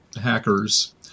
hackers